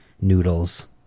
noodles